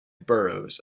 boroughs